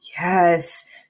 Yes